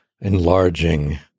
enlarging